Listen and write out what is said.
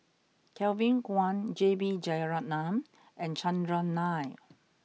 Kevin Kwan J B Jeyaretnam and Chandran Nair